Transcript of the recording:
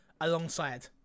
alongside